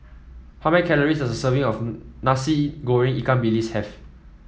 how many calories does a serving of Nasi Goreng Ikan Bilis have